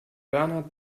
bernhard